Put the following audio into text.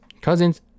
Cousins